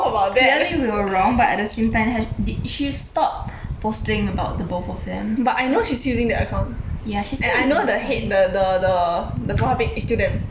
clearly we were wrong but at the same time ha~ did she stop posting about the both of them ya she's still using the account